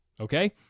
okay